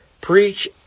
preach